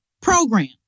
Program